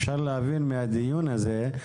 אפשר להבין מהדיון הזה,